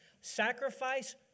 sacrifice